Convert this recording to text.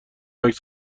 عکس